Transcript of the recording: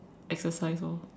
exercise orh